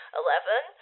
eleven